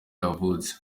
yavutse